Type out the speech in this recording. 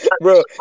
bro